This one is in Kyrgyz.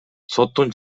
соттун